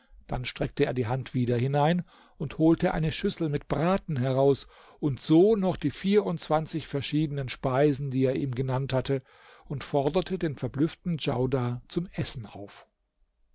dann streckte er die hand wieder hinein und holte eine schüssel mit braten heraus und so noch die vierundzwanzig verschiedenen speisen die er ihm genannt hatte und forderte den verblüfften djaudar zum essen auf